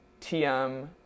tm